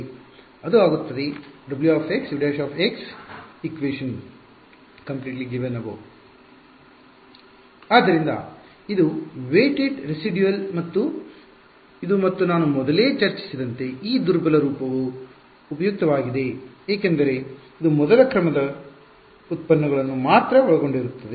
ಆದ್ದರಿಂದ ಇದು ಆಗುತ್ತದೆ wu′|end −∫ w′u′dx ∫ k2wudx 0 ಆದ್ದರಿಂದ ಇದು ವೆಟೆಡ್ ರೆಸಿಡ್ಯುಲ್ ಮತ್ತು ಇದು ಮತ್ತು ನಾವು ಮೊದಲೇ ಚರ್ಚಿಸಿದಂತೆ ಈ ದುರ್ಬಲ ರೂಪವು ಉಪಯುಕ್ತವಾಗಿದೆ ಏಕೆಂದರೆ ಇದು ಮೊದಲ ಕ್ರಮದ ಉತ್ಪನ್ನಗಳನ್ನು ಮಾತ್ರ ಒಳಗೊಂಡಿರುತ್ತದೆ